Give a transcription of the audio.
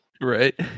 Right